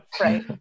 Right